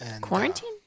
Quarantine